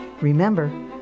remember